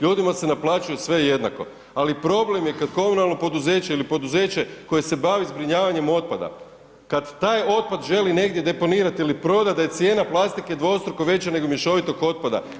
Ljudima se naplaćuje sve jednako ali problem je kada komunalno poduzeće ili poduzeće koje se bavi zbrinjavanjem otpada kad taj otpad želi negdje deponirati ili prodati da je cijena plastike dvostruko veća nego mješovitog otpada.